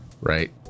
right